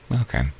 Okay